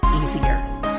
easier